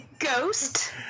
ghost